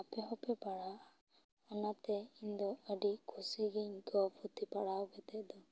ᱟᱯᱮ ᱦᱚᱸᱯᱮ ᱯᱟᱲᱦᱟᱼᱟ ᱚᱱᱟᱛᱮ ᱤᱧ ᱫᱚ ᱟᱹᱰᱤ ᱠᱩᱥᱤ ᱜᱤᱧ ᱟᱹᱭᱠᱟᱹᱣᱼᱟ ᱯᱩᱛᱷᱤ ᱯᱟᱲᱦᱟᱣ ᱠᱟᱛᱮ ᱫᱚ